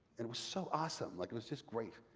it was so awesome, like it was just great.